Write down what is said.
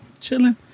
chilling